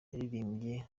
yaririmbye